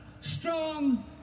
strong